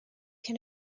can